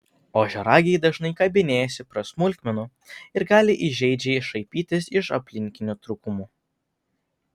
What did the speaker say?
ožiaragiai dažnai kabinėjasi prie smulkmenų ir gali įžeidžiai šaipytis iš aplinkinių trūkumų